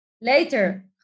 later